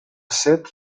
sept